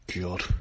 God